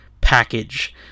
Package